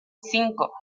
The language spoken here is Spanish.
cinco